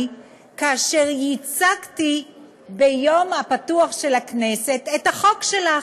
כאשר ייצגתי ביום הפתוח של הכנסת את החוק שלך.